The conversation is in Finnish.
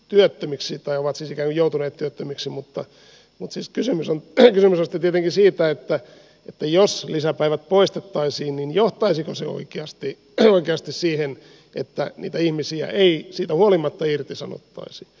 työttömiksi tai ovat ikään kuin joutuneet työttömiksi mutta siis kysymys on sitten tietenkin siitä että jos lisäpäivät poistettaisiin niin johtaisiko se oikeasti siihen että niitä ihmisiä ei siitä huolimatta irtisanottaisi